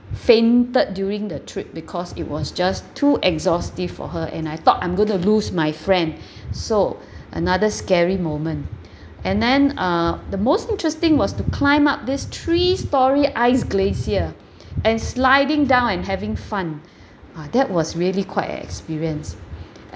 fainted during the trip because it was just too exhaustive for her and I thought I'm going to lose my friend so another scary moment and then uh the most interesting was to climb up this three storey ice glacier and sliding down and having fun ah that was really quite an experience